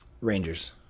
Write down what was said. Rangers